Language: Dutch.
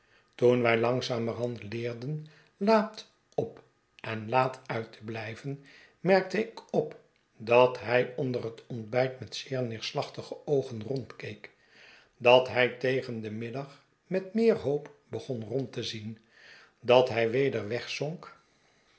toen wij langzamerhand leerden laat op en laat uit te blijven merkte ik op dat hij onder het ontbijt met zeer neerslachtige oogen rondkeek dat hij tegen den middag met meer hoop begon rond te zien dat hij weder wegzonk